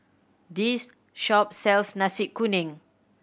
this shop sells Nasi Kuning